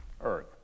Earth